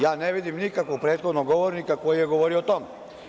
Ja ne vidim nikakvog prethodnog govornika koji je govorio o tome.